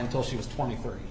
until she was twenty three